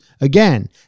Again